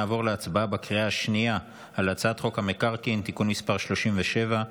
נעבור להצבעה בקריאה השנייה על הצעת חוק המקרקעין (תיקון מס' 37),